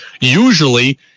Usually